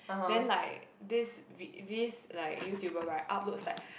then like this vi~ vis~ like YouTuber right uploads like